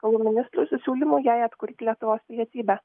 reikalų ministrui su siūlymu jai atkurti lietuvos pilietybę